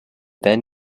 then